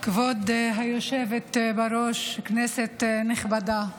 כבוד היושבת בראש, כנסת נכבדה,